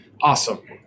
awesome